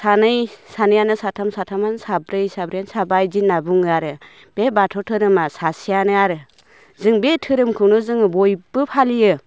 सानै सानैयानो साथाम साथाममोन साब्रै साब्रैयानो साबा इदि होनना बुङो आरो बे बाथौ धोरोमा सासेयानो आरो जों बे धोरोमखौनो जों बयबो फालियो